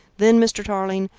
then, mr. tarling,